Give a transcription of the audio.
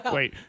Wait